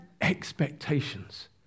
expectations